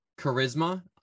charisma